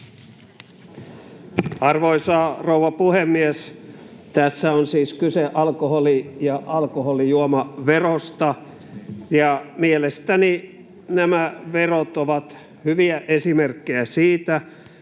Arvoisa rouva puhemies! Tässä on siis kyse alkoholi- ja alkoholijuomaverosta, ja mielestäni nämä verot ovat hyviä esimerkkejä siitä,